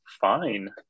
fine